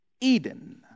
Eden